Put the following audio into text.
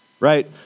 right